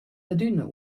adüna